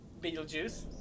Beetlejuice